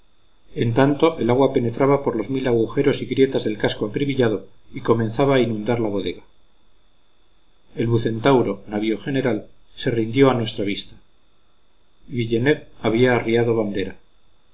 en tanto el agua penetraba por los mil agujeros y grietas del casco acribillado y comenzaba a inundar la bodega el bucentauro navío general se rindió a nuestra vista villeneuve había arriado bandera